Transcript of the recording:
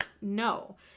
no